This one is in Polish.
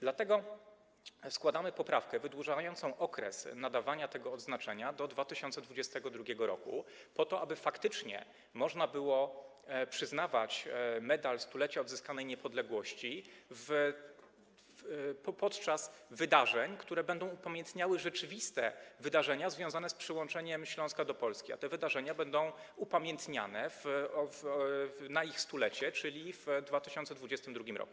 Dlatego składamy poprawkę wydłużającą okres nadawania tego odznaczenia do 2022 r. po to, aby faktycznie można było przyznawać Medal Stulecia Odzyskanej Niepodległości podczas uroczystości, które będą upamiętniały rzeczywiste wydarzenia związane z przyłączeniem Śląska do Polski, a te wydarzenia będą upamiętniane w ich stulecie, czyli w 2022 r.